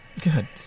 Good